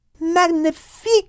Magnifique